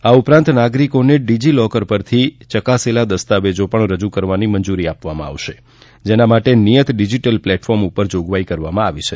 આ ઉપરાંત નાગરિકોને ડિજિલોકર પરથી ચકાસેલા દસ્તાવેજો પણ રજૂ કરવાની મંજૂરી આપવામાં આવશે જેના માટે નિયત ડિજિટલ પ્લેટફોર્મ પર જોગવાઈ કરવામાં આવી છે